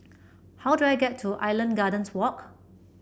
how do I get to Island Gardens Walk